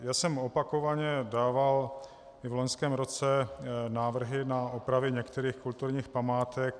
Já jsem opakovaně dával i v loňském roce návrhy na opravy některých kulturních památek.